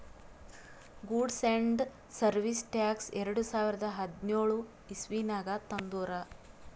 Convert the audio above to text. goods and service tax ಎರಡು ಸಾವಿರದ ಹದಿನ್ಯೋಳ್ ಇಸವಿನಾಗ್ ತಂದುರ್